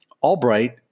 Albright